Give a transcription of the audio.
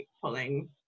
pulling